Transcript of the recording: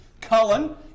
Cullen